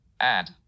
add